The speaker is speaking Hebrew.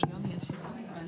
3 נמנעים,